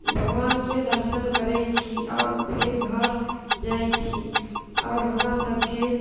भगवानके दर्शन करैत छी आओर फेर घर जाइत छी आओर हमरासभके